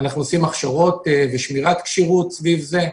אנחנו עושים הכשרות ושמירת כשירות סביב זה.